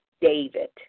david